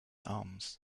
arms